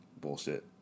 bullshit